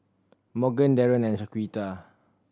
Morgan Darren and Shaquita